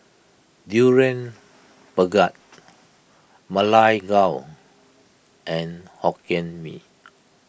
Durian Pengat Ma Lai Gao and Hokkien Mee